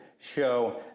show